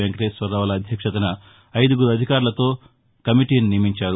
వెంకటేశ్వర్రావు ల అధ్యక్షతన అయిదుగురు అధికారులతో కమిటీని నియమించారు